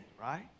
right